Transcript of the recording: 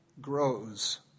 Grows